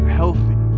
healthy